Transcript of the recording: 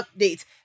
Updates